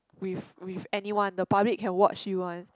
with with anyone the public can watch you one